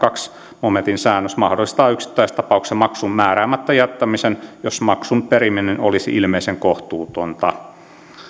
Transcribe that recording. toisen momentin säännös mahdollistaa yksittäistapauksessa maksun määräämättä jättämisen jos maksun periminen olisi ilmeisen kohtuutonta